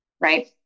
right